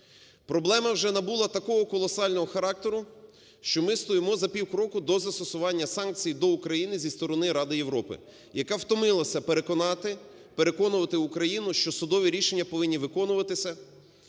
Проблема вже набула такого колосального характеру, що ми стоїмо за півкроку до застосування санкцій до України зі сторони Ради Європи, яка втомилася переконати… переконувати Україну, що судові рішення повинні виконуватися